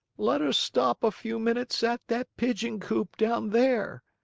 let us stop a few minutes at that pigeon coop down there.